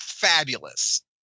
fabulous